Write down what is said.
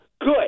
good